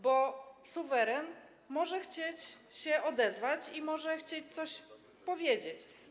Bo suweren może chcieć się odezwać i może chcieć coś powiedzieć.